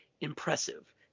impressive